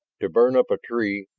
to burn up a tree?